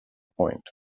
point